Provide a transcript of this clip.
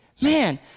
man